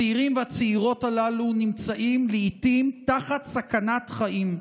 הצעירים והצעירות הללו נמצאים לעיתים תחת סכנת חיים.